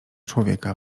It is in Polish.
człowieka